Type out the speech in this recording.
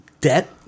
debt